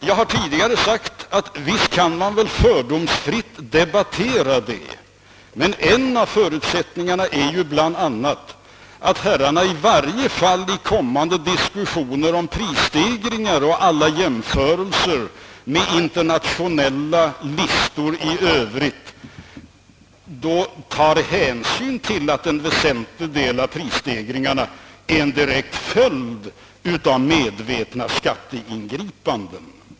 Jag har tidigare sagt att man fördomsfritt kan debattera detta, men en av förutsälttningarna är att herrarna i varje fall i kommande diskussioner om prisstegringar och vid "alla jämförelser med internationella siffror i Övrigt också tar hänsyn till att en väsentlig del av prisstegringarna är en direkt följd av medvetna skatteingri .panden.